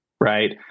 right